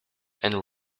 and